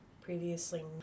previously